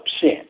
sin